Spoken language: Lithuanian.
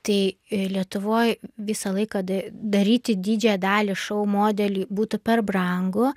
tai lietuvoj visą laiką daryti didžiąją dalį šou modelį būtų per brangu